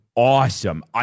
Awesome